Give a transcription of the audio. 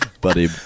Buddy